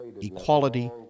equality